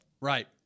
Right